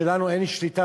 לנו אין שליטה,